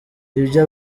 iyo